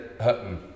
Hutton